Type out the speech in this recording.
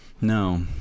No